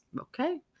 Okay